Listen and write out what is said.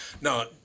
No